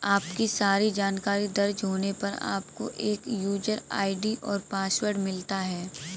आपकी सारी जानकारी दर्ज होने पर, आपको एक यूजर आई.डी और पासवर्ड मिलता है